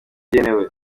ntibyemewe